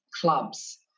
clubs